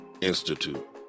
Institute